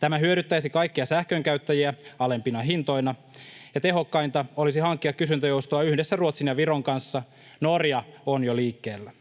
Tämä hyödyttäisi kaikkia sähkönkäyttäjiä alempina hintoina. Tehokkainta olisi hankkia kysyntäjoustoa yhdessä Ruotsin ja Viron kanssa — Norja on jo liikkeellä.